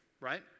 right